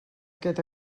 aquest